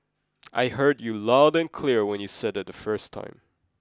I heard you loud and clear when you said it the first time